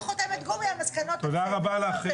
חותמת גומי על מסקנות --- תודה רבה לך.